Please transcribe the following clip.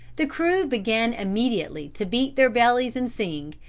the crew began immediately to beat their bellies and sing,